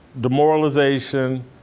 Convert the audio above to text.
demoralization